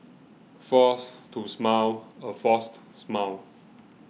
force to smile a forced smile